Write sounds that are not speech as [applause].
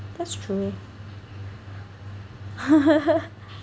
that's true [laughs]